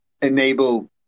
enable